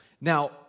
Now